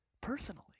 personally